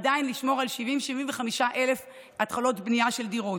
עדיין לשמור על 70,000 75,000 התחלות בנייה של דירות.